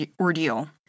ordeal